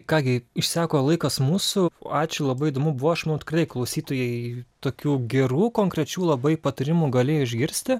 ką gi išseko laikas mūsų ačiū labai įdomu buvo aš manau tikrai klausytojai tokių gerų konkrečių labai patarimų galėjo išgirsti